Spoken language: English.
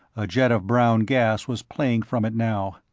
a jet of brown gas was playing from it now.